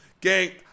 Gang